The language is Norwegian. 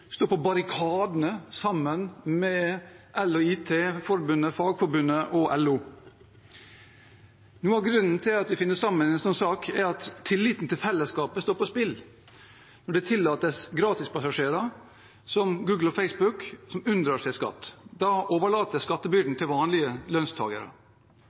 står på barrikadene sammen med EL og IT Forbundet, Fagforbundet og LO. Noe av grunnen til at vi finner sammen i en sånn sak, er at tilliten til fellesskapet står på spill. Når det tillates gratispassasjerer, som Google og Facebook, som unndrar seg skatt, overlates skattebyrden til vanlige lønnstagere.